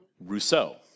Rousseau